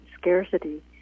scarcity